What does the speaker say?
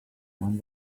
and